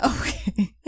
Okay